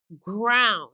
ground